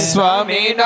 Swami